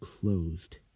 closed